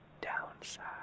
downside